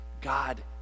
God